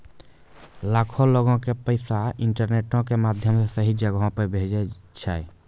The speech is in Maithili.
लाखो लोगें पैसा के इंटरनेटो के माध्यमो से सही जगहो पे भेजै छै